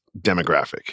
demographic